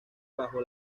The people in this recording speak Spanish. bajo